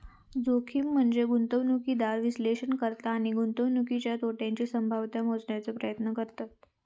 जोखीम म्हनजे गुंतवणूकदार विश्लेषण करता आणि गुंतवणुकीतल्या तोट्याची संभाव्यता मोजण्याचो प्रयत्न करतत